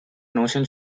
notion